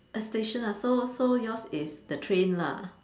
a station lah so so yours is the train lah